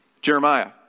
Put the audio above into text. jeremiah